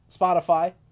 Spotify